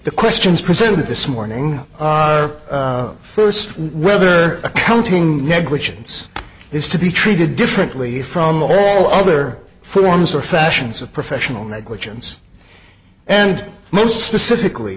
the questions presented this morning are first whether accounting negligence is to be treated differently from all other forms or fashions of professional negligence and most specifically